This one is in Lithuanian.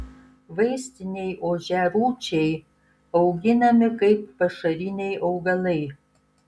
vaistiniai ožiarūčiai auginami kaip pašariniai augalai